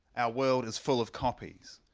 our world is full of copies.